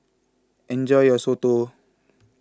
enjoy your Soto